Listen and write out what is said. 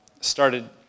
started